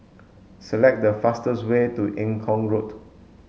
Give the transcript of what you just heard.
select the fastest way to Eng Kong Road